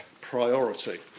priority